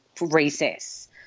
recess